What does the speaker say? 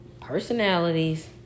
personalities